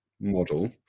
model